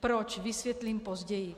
Proč, vysvětlím později.